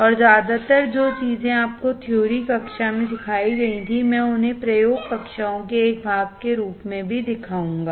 और ज्यादातर जो चीजें आपको थ्योरी कक्षा में सिखाई गई थीं मैं उन्हें प्रयोग कक्षाओं के एक भाग के रूप में भी दिखाऊंगा